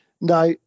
Now